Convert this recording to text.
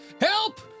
help